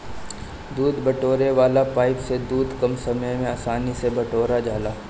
दूध बटोरे वाला पाइप से दूध कम समय में आसानी से बटोरा जाला